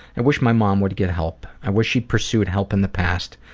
and wish my mom would get help. i wish she'd pursued help in the past.